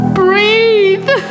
breathe